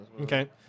Okay